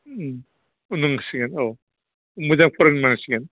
बुंनांसिगोन औ मोजां फोरोंनांसिगोन